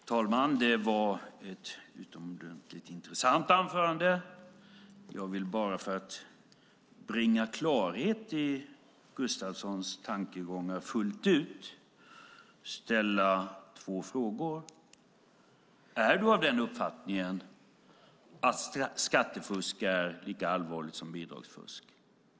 Fru talman! Det var ett utomordentligt intressant anförande. Jag vill bara för att bringa klarhet fullt ut i Gustafssons tankegångar ställa två frågor. Är du av den uppfattningen att skattefusk är lika allvarligt som bidragsfusk?